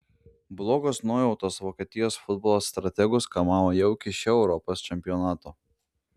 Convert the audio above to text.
blogos nuojautos vokietijos futbolo strategus kamavo jau iki šio europos čempionato